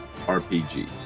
RPGs